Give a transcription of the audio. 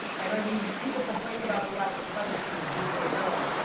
and i mean people complain about the lack of privacy in the digital realm,